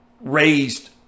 raised